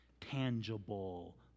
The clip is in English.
tangible